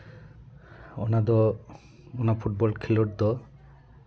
ᱚᱱᱟ ᱫᱚ ᱚᱱᱟ ᱯᱷᱩᱴᱵᱚᱞ ᱠᱷᱮᱞᱳᱰ ᱫᱚ